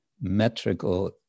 metrical